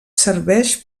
serveix